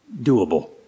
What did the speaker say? doable